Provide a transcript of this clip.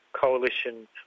coalition